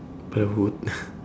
kepala otak